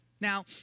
Now